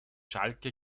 schalke